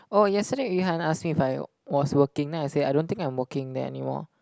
oh yesterday Yu-Han ask me if I was working then I say I don't think I'm working there anymore